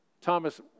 Thomas